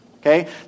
okay